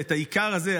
ואת העיקר הזה,